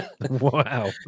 wow